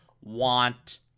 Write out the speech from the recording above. want